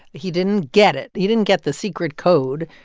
he didn't get it. he didn't get the secret code.